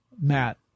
Matt